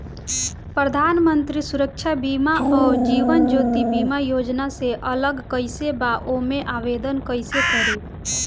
प्रधानमंत्री सुरक्षा बीमा आ जीवन ज्योति बीमा योजना से अलग कईसे बा ओमे आवदेन कईसे करी?